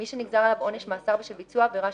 מי שנגזר עליו עונש מאשר בשל ביצוע עבירה